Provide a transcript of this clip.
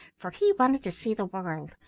for he wanted to see the world,